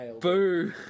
Boo